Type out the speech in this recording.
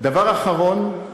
דבר אחרון,